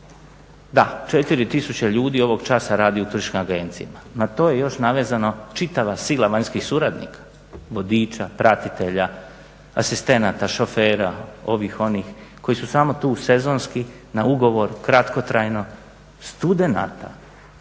Da 4 tisuće ljudi ovog časa radi u turističkim agencijama, na to je još navezano čitava sila vanjskih suradnika, vodiča, pratitelja, asistenata, šofera ovih onih koji su tu samo sezonski na ugovor kratkotrajno, studenata